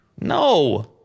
No